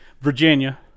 Virginia